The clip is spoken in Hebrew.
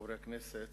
חברי הכנסת,